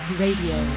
radio